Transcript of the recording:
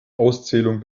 auszählung